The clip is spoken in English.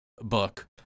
book